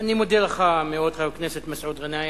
אני מודה לך מאוד, חבר הכנסת מסעוד גנאים.